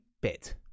bit